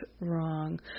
wrong